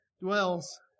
dwells